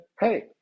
Hey